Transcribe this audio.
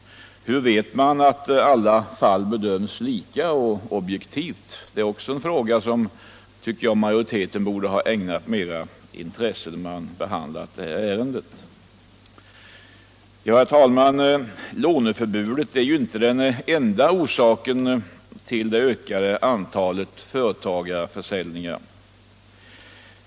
Hur vet man att alla fall bedöms lika och objektivt? Det är också en fråga som utskottsmajoriteten borde ha ägnat mera intresse åt vid sin behandling av detta ärende. Herr talman! Låneförbudet är inte den enda orsaken till det ökande antalet företagsförsäljningar.